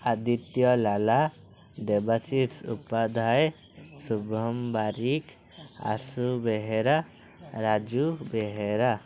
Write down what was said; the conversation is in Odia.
ଆଦିତ୍ୟ ଲାଲା ଦେବାଶିଷ ଉପଧ୍ୟାୟ ଶୁଭମ ବାରିକ ଆସୁ ବେହେରା ରାଜୁ ବେହେରା